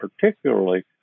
particularly